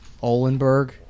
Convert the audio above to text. Olenberg